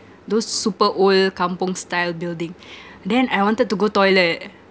those super old kampung style building then I wanted to go toilet